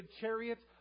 chariots